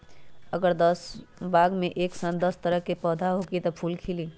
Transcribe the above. अगर बाग मे एक साथ दस तरह के पौधा होखि त का फुल खिली?